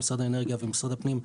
למשרד האנרגיה ומשרד הפנים,